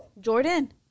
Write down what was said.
Jordan